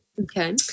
Okay